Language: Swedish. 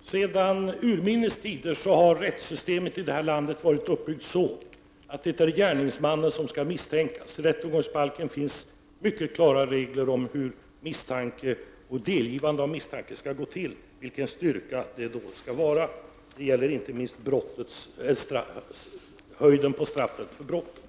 Sedan urminnes tider har rättssystemet i det här landet varit uppbyggt så, att det är gärningsmannen som skall misstänkas. I rättegångsbalken finns mycket klara regler för hur delgivande av misstanke skall gå till och vilken styrka det då skall vara. Det gäller inte minst höjden på straffet för brottet.